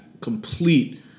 complete